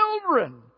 children